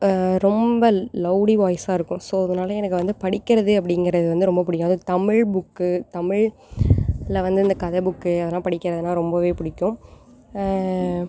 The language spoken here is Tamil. ரொம்ப லவ்லி வாய்ஸாக இருக்கும் ஸோ அதனால எனக்கு வந்து படிக்கிறது அப்படிங்குறது வந்து ரொம்ப பிடிக்கும் அதுவும் தமிழ் புக்கு தமிழ் ல வந்து இந்த கதை புக்கு அதெலாம் படிக்கிறது எல்லாம் ரொம்பவே பிடிக்கும்